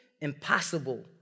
impossible